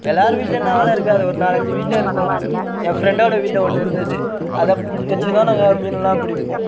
எல்லாேர் வீட்லேன்னா வலை இருக்காது ஒரு நாலஞ்சு வீட்டில் இருக்கும் என் ஃப்ரெண்டோடய வீட்டில் ஒன்று இருந்தது அதை பிடித்து வைச்சு தான் நாங்கள் மீன் எல்லாம் பிடிப்போம்